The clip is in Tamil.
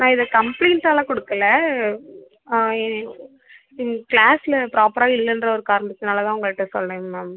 நான் இதை கம்ப்ளெயிண்ட்டாலாம் கொடுக்கல ஆ எங்கள் க்ளாஸில் ப்ராப்பராக இல்லைன்ற ஒரு காரணத்துனால தான் உங்கள்கிட்ட சொல்றேங்க மேம்